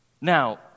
Now